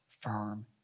firm